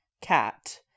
cat